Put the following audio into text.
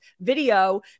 video